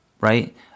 right